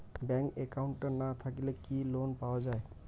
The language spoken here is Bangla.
ব্যাংক একাউন্ট না থাকিলে কি লোন পাওয়া য়ায়?